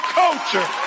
culture